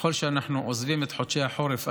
ככל שאנחנו עוזבים את חודשי החורף,